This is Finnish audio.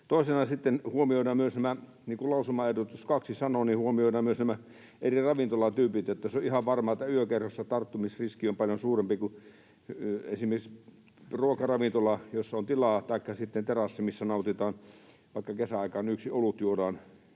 kuin lausumaehdotus 2 sanoo — eri ravintolatyypit. Se on ihan varmaa, että yökerhossa tarttumisriski on paljon suurempi kuin esimerkiksi ruokaravintolassa, jossa on tilaa, taikka sitten terassilla, missä nautitaan vaikka kesäaikaan yksi olut, juodaan